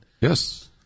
Yes